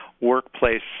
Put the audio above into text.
workplace